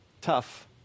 tough